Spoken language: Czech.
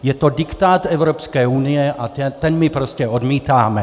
Je to diktát Evropské unie a ten my prostě odmítáme.